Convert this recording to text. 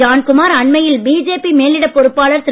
John Kumar அண்மையில் BJP மேலிடப் பொறுப்பாளர் திரு